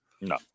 No